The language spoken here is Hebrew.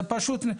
זה פשוט,